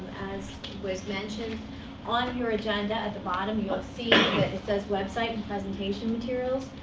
as was mentioned on your agenda, at the bottom, you'll see that it says, website and presentation materials.